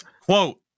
Quote